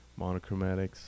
Monochromatics